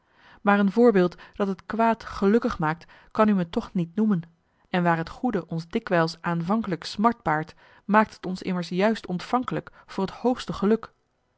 maar een voorbeeld dat het marcellus emants een nagelaten bekentenis kwaad gelukkig maakt kan u me toch niet noemen en waar het goede ons dikwijls aanvankelijk smart baart maakt het ons immers juist ontvankelijk voor het hoogste geluk